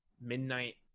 midnight